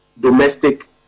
domestic